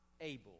able